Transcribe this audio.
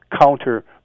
counter